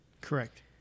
Correct